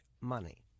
money